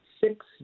six